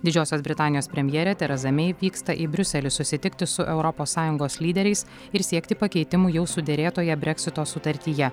didžiosios britanijos premjerė tereza mei vyksta į briuselį susitikti su europos sąjungos lyderiais ir siekti pakeitimų jau suderėtoje breksito sutartyje